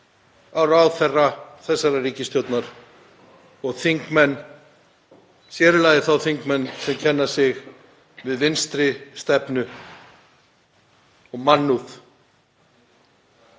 ráðherra þessarar ríkisstjórnar og þingmenn, sér í lagi þá þingmenn sem kenna sig við vinstri stefnu og mannúð,